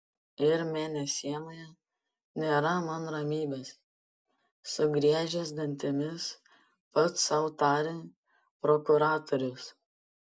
ir mėnesienoje nėra man ramybės sugriežęs dantimis pats sau tarė prokuratorius